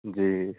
जी